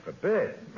forbid